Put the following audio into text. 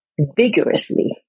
vigorously